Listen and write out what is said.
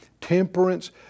temperance